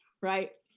Right